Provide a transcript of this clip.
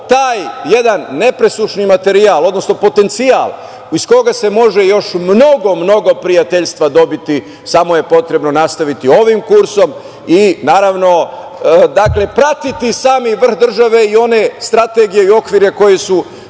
taj jedan nepresušni materijal, odnosno potencijal iz koga se može još mnogo, mnogo prijateljstva dobiti. Samo je potrebno nastaviti ovim kursom i, naravno, pratiti sami vrh države i one strategije i okvire koji su